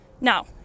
Now